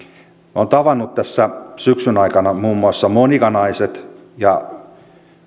olen tavannut tässä syksyn aikana muun muassa monika naiset ja